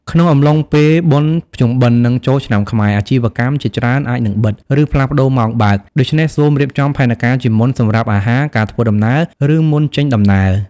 ក្នុងអំឡុងពេលបុណ្យភ្ជុំបិណ្ឌ និងចូលឆ្នាំខ្មែរ អាជីវកម្មជាច្រើនអាចនឹងបិទ ឬផ្លាស់ប្តូរម៉ោងបើក ដូច្នេះសូមរៀបចំផែនការជាមុនសម្រាប់អាហារ ការធ្វើដំណើរ មុនចេញដំណើរ។